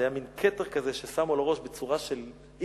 זה היה מין כתר כזה ששמו על הראש בצורה של עיר.